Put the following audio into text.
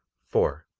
four.